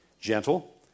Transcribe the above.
gentle